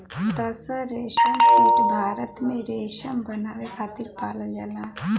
तसर रेशमकीट भारत में रेशम बनावे खातिर पालल जाला